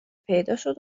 پیداشد